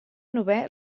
novè